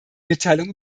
mitteilung